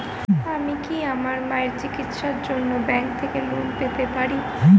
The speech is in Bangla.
আমি কি আমার মায়ের চিকিত্সায়ের জন্য ব্যঙ্ক থেকে লোন পেতে পারি?